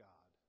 God